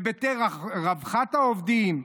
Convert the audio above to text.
היבטי רווחת העובדים,